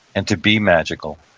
and to be magical,